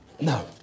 No